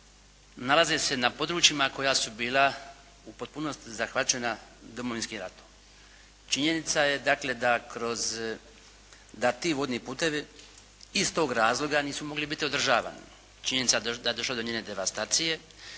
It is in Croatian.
nalaze se na područjima koja su bila u potpunosti zahvaćena Domovinskim ratom. Činjenica je dakle da ti vodni putovi iz tog razloga nisu mogli biti održavani. Činjenica je da je država donijela devastacije